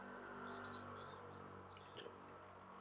okay